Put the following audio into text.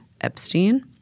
Epstein